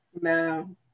No